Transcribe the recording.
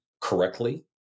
correctly